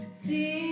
see